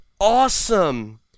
awesome